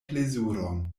plezuron